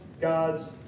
god's